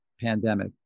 pandemic